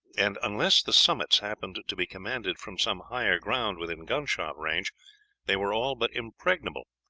and unless the summits happened to be commanded from some higher ground within gunshot range they were all but impregnable,